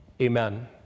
Amen